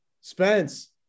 spence